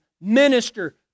Minister